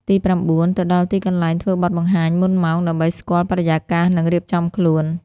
ទីប្រាំបួន ទៅដល់ទីកន្លែងធ្វើបទបង្ហាញមុនម៉ោង ដើម្បីស្គាល់បរិយាកាស និងរៀបចំខ្លួន។